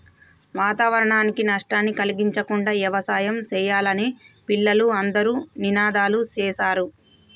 వాతావరణానికి నష్టాన్ని కలిగించకుండా యవసాయం సెయ్యాలని పిల్లలు అందరూ నినాదాలు సేశారు